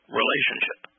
relationship